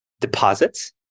deposits